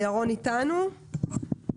אני יושב כאן כמעט מתחילת הישיבה ופשוט